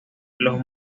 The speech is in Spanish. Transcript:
los